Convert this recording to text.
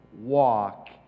walk